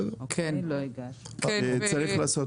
צריך לקיים